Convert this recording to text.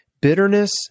bitterness